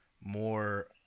more